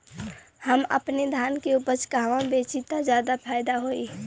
हम अपने धान के उपज कहवा बेंचि त ज्यादा फैदा होई?